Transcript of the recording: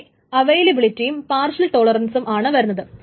അവിടെ അവൈവബിലിറ്റിയും പാർഷൽ ടോളറൻസും ആണ് വരുന്നത്